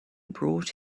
brought